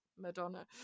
Madonna